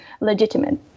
legitimate